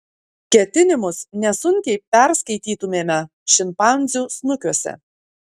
ketinimus nesunkiai perskaitytumėme šimpanzių snukiuose